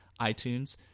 iTunes